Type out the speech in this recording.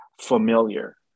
familiar